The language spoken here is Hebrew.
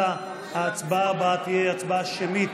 ההצבעה הבאה תהיה הצבעה שמית,